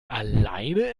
alleine